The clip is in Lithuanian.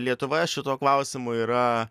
lietuva šituo klausimu yra